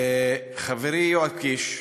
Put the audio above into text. חברי יואב קיש,